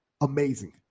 amazing